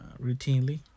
routinely